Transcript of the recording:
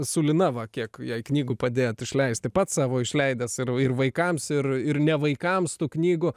su lina va kiek jai knygų padėjot išleisti pats savo išleidęs ir ir vaikams ir ir ne vaikams tų knygų